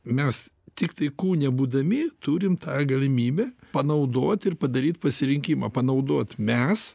mes tiktai kūne būdami turim tą galimybę panaudot ir padaryt pasirinkimą panaudot mes